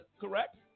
correct